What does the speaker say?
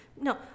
no